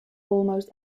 almost